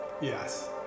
Yes